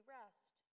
rest